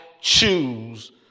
choose